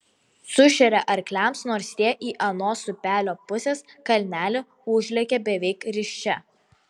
sušeria arkliams nors tie į anos upelio pusės kalnelį užlekia beveik risčia